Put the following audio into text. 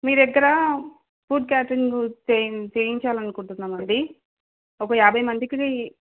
మీ దగ్గర food catering చేయించాలనుకుంటున్నామండి ఒక యాభై మందికి